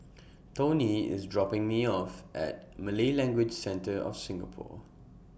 Toni IS dropping Me off At Malay Language Centre of Singapore